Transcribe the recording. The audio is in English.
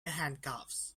handcuffs